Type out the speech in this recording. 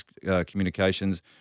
Communications